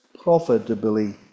profitably